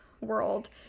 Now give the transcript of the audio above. world